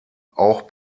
auch